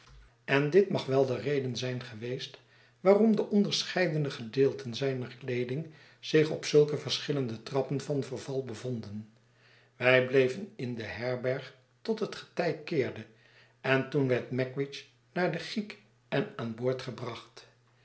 en dit mag we de reden zijn geweest waarom de onderscheidene gedeelten zijner kleeding zich op zulke verschillende trappen van verval bevonden wij bleven in de herberg tot het get ij keerde en toen werd magwitch naar de giek en aan boord gebracht